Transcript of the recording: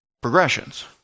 progressions